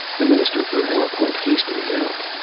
the minister for health went hastily out.